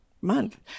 month